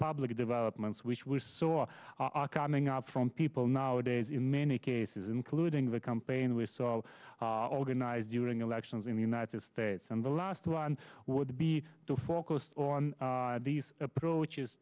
public developments which we saw coming out from people nowadays in many cases including the campaign we're so organized during elections in the united states and the last one would be to focus on these approaches